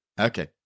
Okay